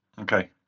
Okay